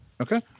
Okay